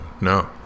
No